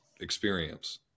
experience